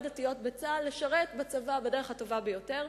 דתיות בצה"ל לשרת בצבא בדרך הטובה ביותר.